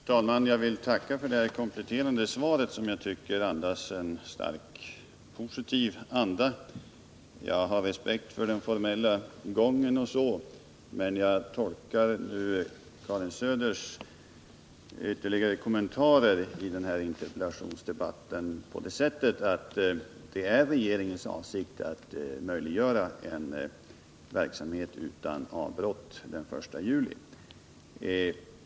Fru talman! Jag vill tacka för det här kompletterande svaret, som jag tycker har en starkt positiv anda. Jag har respekt för den formella gången osv., men jag tolkar Karin Söders kommentarer i den här interpellationsdebatten på det sättet, att det är regeringens avsikt att möjliggöra en verksamhet utan avbrott från den 1 juli.